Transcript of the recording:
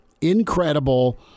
Incredible